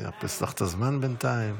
אף אחד לא עונה.